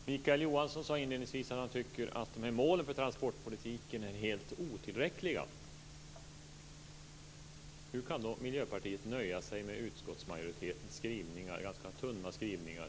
Fru talman! Mikael Johansson sade inledningsvis att han tycker att målen för transportpolitiken är helt otillräckliga. Hur kan då Miljöpartiet nöja sig med utskottsmajoritetens ganska tunna skrivningar